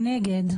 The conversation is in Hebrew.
נגד.